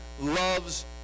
loves